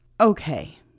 Okay